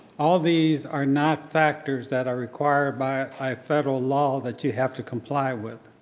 all these are not factors that are required by federal law that you have to comply with.